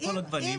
מכל הגוונים.